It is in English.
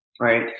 right